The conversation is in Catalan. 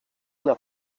una